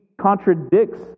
contradicts